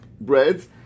breads